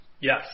Yes